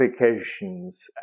applications